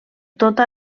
tota